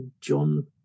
John